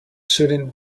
shooting